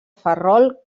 ferrol